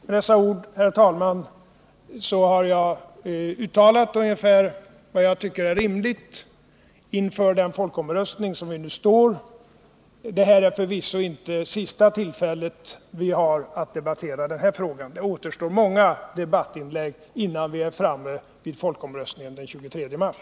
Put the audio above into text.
Med dessa ord har jag, herr talman, uttalat vad jag tycker är rimligt när det gäller den folkomröstning som vi nu står inför. Detta är förvisso inte sista tillfället vi har att debattera denna fråga. Det återstår många debattinlägg innan vi är framme vid folkomröstningen den 23 mars.